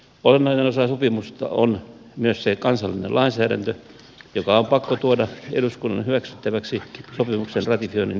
olennainen osa sopimusta on myös se kansallinen lainsäädäntö joka on pakko tuoda eduskunnalle hyväksyttäväksi sopimuksen ratifioinnin yhteydessä